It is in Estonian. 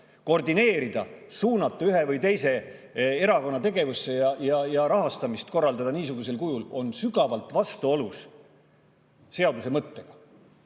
koordineerida, suunata [raha] ühe või teise erakonna tegevusse ja rahastamist korraldada niisugusel kujul, on sügavalt vastuolus seaduse mõttega.